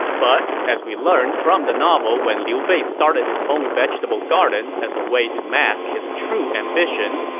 but as we learned from the novel when liu bei started his own vegetable garden as a way to mask his true ambitions,